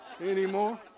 anymore